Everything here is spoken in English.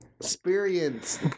Experience